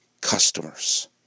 customers